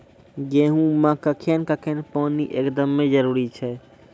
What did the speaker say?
गेहूँ मे कखेन कखेन पानी एकदमें जरुरी छैय?